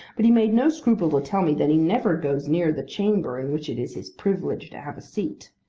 but he made no scruple to tell me that he never goes near the chamber in which it is his privilege to have a seat.